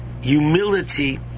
humility